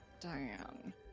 Diane